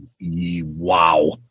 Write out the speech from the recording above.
wow